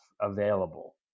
available